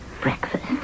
Breakfast